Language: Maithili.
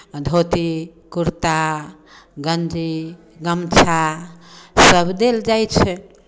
धोती कुर्ता गञ्जी गमछा सभ देल जाइ छै